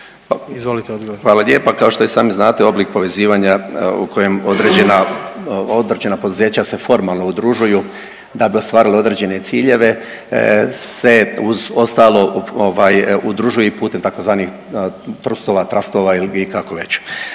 Zdravko** Hvala lijepa. Kao što i sami znate oblik povezivanja u kojem određena poduzeća se formalno udružuju da bi ostvarili određene ciljeve se uz ostalo udružuju i putem tzv. trustova, trastova ili kako već.